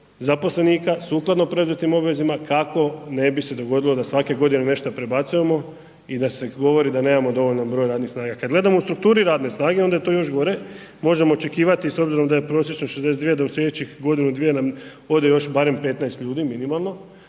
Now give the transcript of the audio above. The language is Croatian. zaposlenika sukladno preuzetim obvezama kako ne bi se dogodilo da svake godine nešto prebacujemo i da se govori da nemamo dovoljan broj radnih snaga. Kad gledamo u strukturi radne snage onda je to još gore, možemo očekivati s obzirom da je prosječno 62 da u slijedećih godinu, dvije nam ode još barem 15 ljudi minimalno,